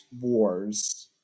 wars